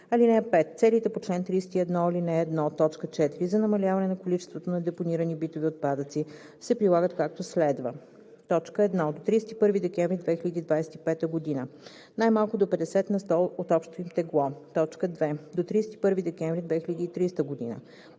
плана. (5) Целите по чл. 31, ал. 1, т. 4 за намаляване на количеството на депонирани битови отпадъци се прилагат, както следва: 1. до 31 декември 2025 г. – най-малко до 50 на сто от общото им тегло; 2. до 31 декември 2030 г.